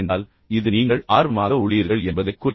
எனவே இது நீங்கள் ஆர்வமாக உள்ளீர்கள் என்பதைக் குறிக்கிறது